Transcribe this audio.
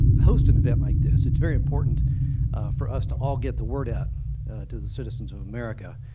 host an event like this. it's very important for us to all get the word out to the citizens of america,